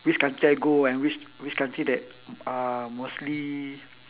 which country I go and which which country that uh mostly